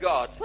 God